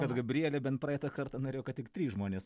kad gabrielė bent praeitą kartą norėjo kad tik trys žmonės